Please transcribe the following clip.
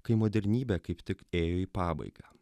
kai modernybė kaip tik ėjo į pabaigą